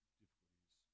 difficulties